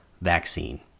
vaccine